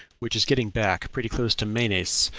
which is getting back pretty close to menes,